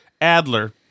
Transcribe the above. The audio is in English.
Adler